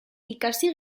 ikasi